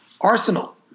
Arsenal